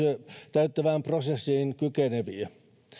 täyttävään prosessiin kykeneviä